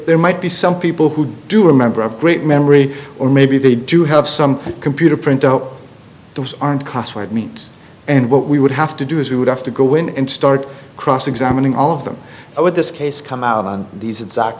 there might be some people who do remember a great memory or maybe they do have some computer printout those aren't classified means and what we would have to do is we would have to go in and start cross examining all of them over this case come out on these exact